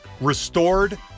Restored